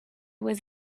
was